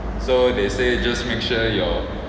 so they say just make sure your